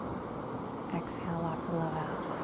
exhale lots of love out.